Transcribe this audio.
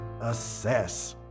assess